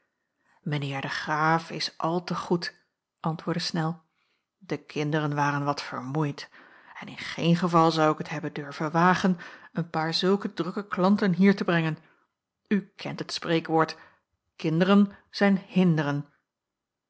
heer de graaf is al te goed antwoordde snel de kinderen waren wat vermoeid en in geen geval zou ik het hebben durven wagen een paar zulke drukke klanten hier te brengen u kent het spreekwoord kinderen zijn hinderen